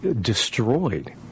destroyed